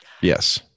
yes